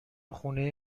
خونه